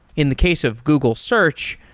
in the case of google search,